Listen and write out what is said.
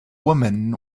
woman